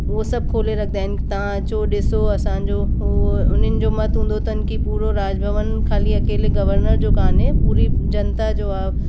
उओ सभु खोले रखदा आहिनि तव्हां अचो ॾिसो असांजो हो उन्हनि जो महत्व हूंदो अथन की पूरो राजभवन ख़ाली अकेले गवर्नर जो कोन्हे पूरी जनता जो आहे